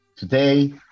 Today